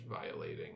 violating